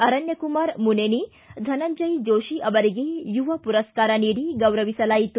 ಅರಣ್ಯಕುಮಾರ ಮುನೇನಿ ಧನಂಜಯ ಜೋಷಿ ಅವರಿಗೆ ಯುವ ಪುರಸ್ಕಾರ ನೀಡಿ ಗೌರವಿಸಲಾಯಿತು